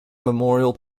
memorial